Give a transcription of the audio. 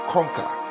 conquer